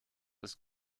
ist